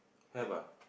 have ah